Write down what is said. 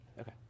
Okay